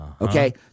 okay